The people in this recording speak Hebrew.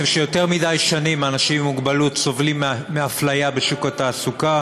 אני חושב שיותר מדי שנים אנשים עם מוגבלות סובלים מאפליה בשוק התעסוקה,